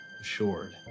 assured